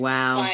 Wow